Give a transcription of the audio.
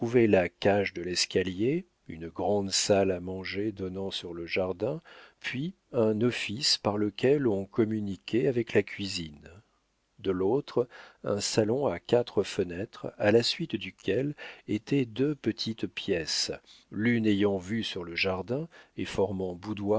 la cage de l'escalier une grande salle à manger donnant sur le jardin puis un office par lequel on communiquait avec la cuisine de l'autre un salon à quatre fenêtres à la suite duquel étaient deux petites pièces l'une ayant vue sur le jardin et formant